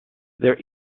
there